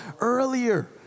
earlier